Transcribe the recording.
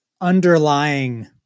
underlying